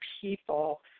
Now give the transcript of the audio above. people